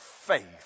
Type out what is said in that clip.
faith